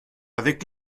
avec